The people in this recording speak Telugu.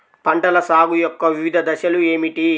పంటల సాగు యొక్క వివిధ దశలు ఏమిటి?